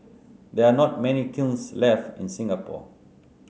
there are not many kilns left in Singapore